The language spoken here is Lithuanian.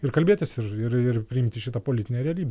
ir kalbėtis ir ir ir priimti šitą politinę realybę